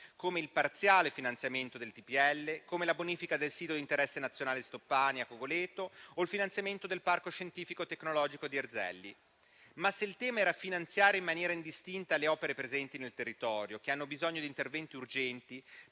come il parziale finanziamento del trasporto pubblico locale, la bonifica del sito di interesse nazionale a Cogoleto-Stoppani, o il finanziamento del Parco scientifico tecnologico di Erzelli. Ma, se il tema era finanziare in maniera indistinta le opere presenti nel territorio, che hanno bisogno di interventi urgenti,